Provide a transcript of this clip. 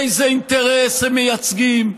איזה אינטרס הם מייצגים,